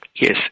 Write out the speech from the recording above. Yes